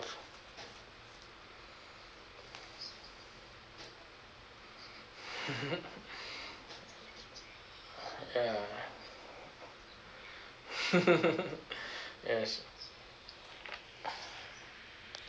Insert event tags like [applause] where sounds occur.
[laughs] ya [laughs] yes